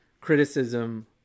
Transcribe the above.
criticism